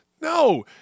No